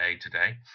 today